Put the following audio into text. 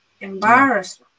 embarrassed